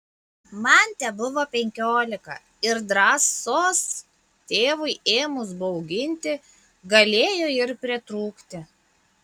man tebuvo penkiolika ir drąsos tėvui ėmus bauginti galėjo ir pritrūkti